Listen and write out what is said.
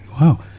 Wow